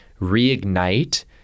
reignite